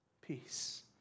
peace